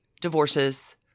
divorces